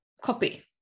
copy